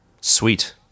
Sweet